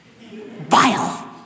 vile